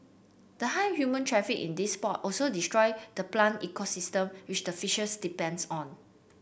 the high human traffic in these spot also destroy the plant ecosystem which the fishes depends on